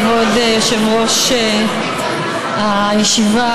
כבוד יושב-ראש הישיבה,